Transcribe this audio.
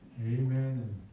Amen